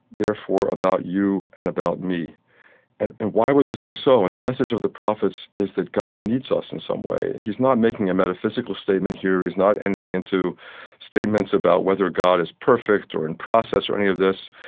therefore, about you and about me? and and why would this be so? and the message of the prophets is that god needs us in some way. he's not making a metaphysical statement here. he's not entering into statements about whether god is perfect or in process or any of this.